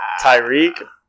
Tyreek